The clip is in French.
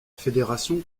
fédération